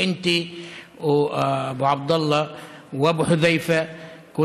אתה ואבו עבדאללה ואבו חוד'ייפה.